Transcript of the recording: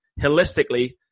holistically